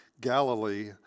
Galilee